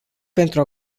pentru